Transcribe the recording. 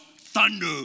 thunder